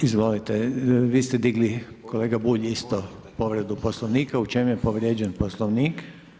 Izvolite vi ste digli kolega Bulj povredu Poslovnika, u čem je povrijeđen Poslovnik?